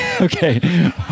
Okay